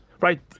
right